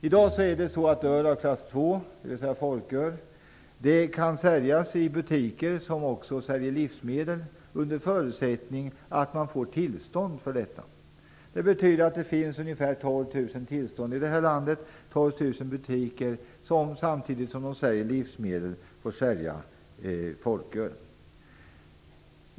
I dag kan öl av klass 2, dvs. folköl, säljas i butiker som också säljer livsmedel, under förutsättning att man får tillstånd till detta. Det betyder att det finns ungefär 12 000 tillstånd här i landet. Det finns alltså 12 000 butiker som samtidigt som de säljer livsmedel får sälja folköl.